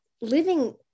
living